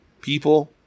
people